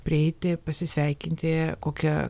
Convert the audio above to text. prieiti pasisveikinti kokia